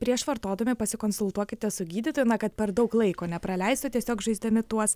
prieš vartodami pasikonsultuokite su gydytoju na kad per daug laiko nepraleistų tiesiog žaisdami tuos